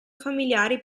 familiari